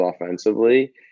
offensively